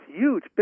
huge